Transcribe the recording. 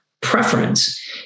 preference